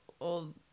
old